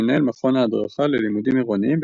וכמנהל מכון ההדרכה ללימודים עירוניים